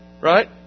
Right